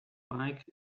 bike